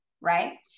right